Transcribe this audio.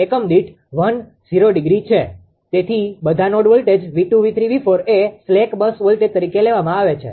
તેથી બધા node voltage 𝑉2 𝑉3 𝑉4 એ સ્લેક બસ વોલ્ટેજ તરીકે લેવામાં આવે છે